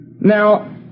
Now